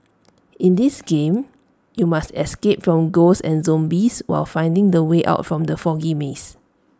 in this game you must escape from ghosts and zombies while finding the way out from the foggy maze